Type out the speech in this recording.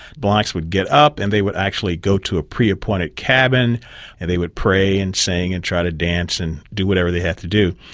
blacks would get up and they would actually go to a pre-appointed cabin and they would pray and sing and try to dance and do whatever they had to do.